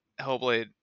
Hellblade